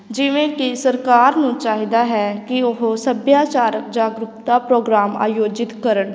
ਜਿਵੇਂ ਕਿ ਸਰਕਾਰ ਨੂੰ ਚਾਹੀਦਾ ਹੈ ਕਿ ਉਹ ਸੱਭਿਆਚਾਰਕ ਜਾਗਰੂਕਤਾ ਪ੍ਰੋਗਰਾਮ ਆਯੋਜਿਤ ਕਰਨ